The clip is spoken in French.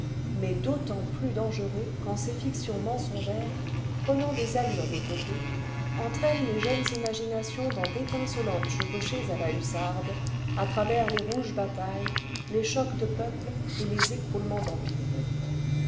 mais d'autant plus dangereux quand ses fictions mensongères prenant des allures d'épopée entraînent les jeunes imaginations dans d'étincelantes chevauchées à la hussarde à travers les rouges batailles les chocs de peuples et les écroulements d'empires